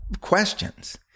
questions